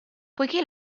poiché